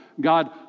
God